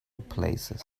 places